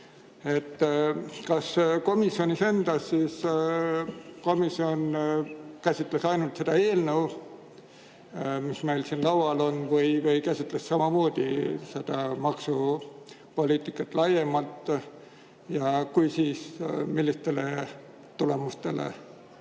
kui komisjoni ettekandjale. Kas komisjon käsitles ainult seda eelnõu, mis meil siin laual on, või käsitleti samamoodi maksupoliitikat laiemalt? Ja kui, siis millistele tulemustele